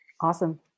Awesome